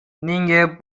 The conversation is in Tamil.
நீங்க